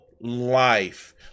life